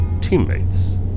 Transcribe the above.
teammates